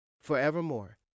forevermore